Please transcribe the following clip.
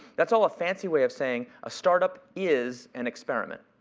that's all a fancy way of saying a startup is an experiment.